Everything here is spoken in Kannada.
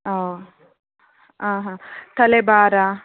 ಹಾಂ ಹಾಂ ಹಾಂ ತಲೆ ಭಾರ